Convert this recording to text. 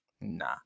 Nah